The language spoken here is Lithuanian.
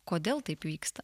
kodėl taip vyksta